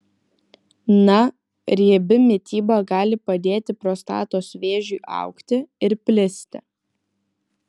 na riebi mityba gali padėti prostatos vėžiui augti ir plisti